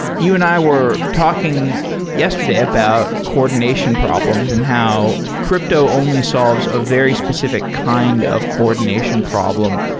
you and i were talking yesterday about coordination problems and how crypto only solves a very specific kind of coordination problem.